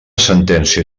sentència